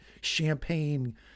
champagne